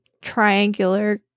triangular